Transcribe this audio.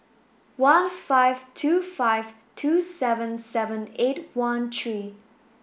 one five two five two seven seven eight one three